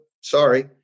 sorry